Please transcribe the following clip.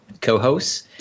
co-hosts